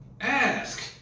Ask